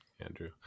andrew